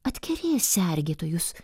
atkerės sergėtojus